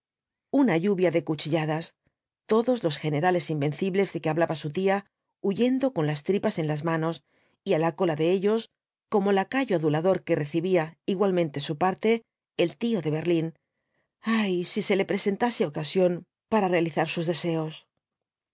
una lluvia de cuchilladas todos los generales invencibles de que hablaba su tía huyendo con las tripas en las manos y á la cola de ellos como lacayo adulador que recibía igualmente su parte el tío de berlín ay sise le presentase ocasión para realizar sus deseos